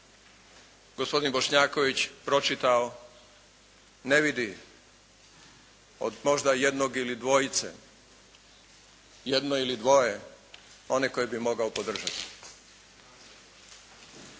gospodin Bošnjaković pročitao ne vidi od možda jednog ili dvojice, jedno ili dvoje one koje bi mogao podržati.